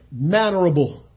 mannerable